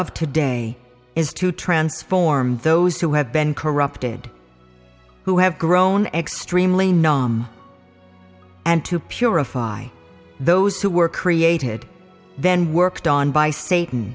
of to day is to transform those who have been corrupted who have grown extremely naam and to purify those who were created then worked on by sata